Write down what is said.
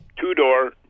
two-door